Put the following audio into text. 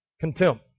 contempt